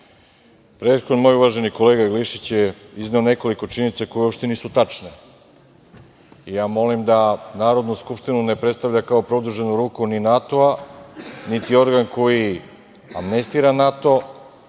skupštine. Prethodno, moj uvaženi kolega Glišić je izneo nekoliko činjenica koje uopšte nisu tačne. Molim da Narodnu skupštinu ne predstavlja kao produženu ruku ni NATO-a, niti organ koji amnestira NATO